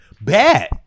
bad